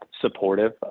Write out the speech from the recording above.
supportive